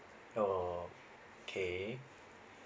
okay